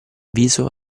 viso